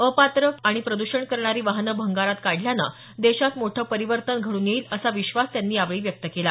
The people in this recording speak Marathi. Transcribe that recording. अपात्र आणि प्रद्षण करणारी वाहनं भंगारात काढल्यानं देशात मोठं परिवर्तन घडून येईल असा विश्वास त्यांनी यावेळी व्यक्त केला